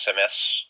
sms